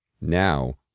Now